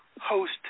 host